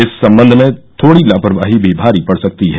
इस सम्बन्ध में थोड़ी लापरवाही भी भारी पड़ सकती है